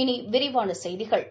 இனி விரிவான செய்திகள்